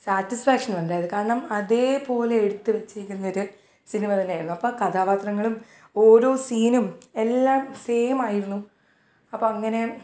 സാറ്റിസ്ഫാക്ഷനുണ്ടായിരുന്നു കാരണം അതേപോലെ എടുത്ത് വച്ചേക്കുന്നൊരു സിനിമ തന്നെയായിരുന്നു അപ്പം കഥാപാത്രങ്ങളും ഓരോ സീനും എല്ലാം സെയിമായിരുന്നു അപ്പോൾ അങ്ങനെ